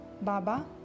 Baba